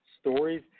stories